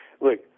Look